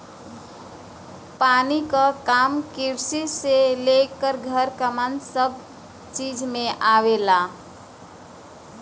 पानी क काम किरसी से लेके घर मकान सभ चीज में आवेला